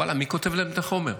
ואללה, מי כותב להם את החומר?